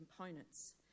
components